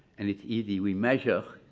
and it's easy, we measure